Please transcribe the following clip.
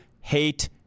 hate